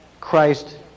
Christ